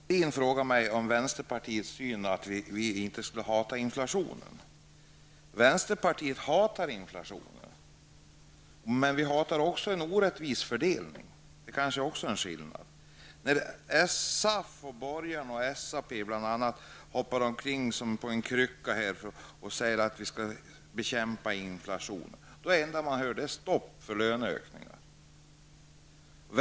Herr talman! Mona Sahlin frågar mig om vänsterpartiets syn och antyder att vi inte skulle hata inflationen. Vänsterpartiet hatar inflationen, men vi hatar också en orättvis fördelning; det är kanske en skillnad. När SAF, borgarna och SAP hoppar omkring som på kryckor och säger att vi skall bekämpa inflationen, då är stopp för löneökningar det enda man hör.